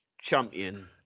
champion